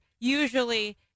Usually